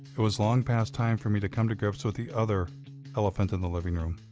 it was long past time for me to come to grips with the other elephant in the living room.